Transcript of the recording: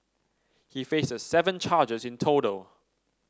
he faces seven charges in total